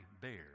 bear